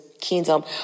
kingdom